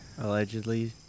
Allegedly